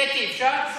קטי, אפשר?